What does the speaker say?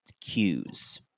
cues